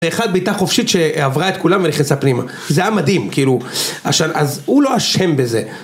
אחת בעיטה חופשית שעברה את כולם ונכנסה הפנימה זה היה מדהים, כאילו אז הוא לא אשם בזה